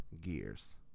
gears